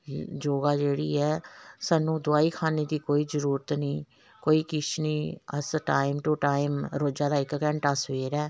योगा जेह्ड़ी ऐ सानूं दोआई खाने दी कोई जरूरत नेईं कोई किश निं अस टाइम टू टाइम रोजा दा इक घैंटा सबैह्रे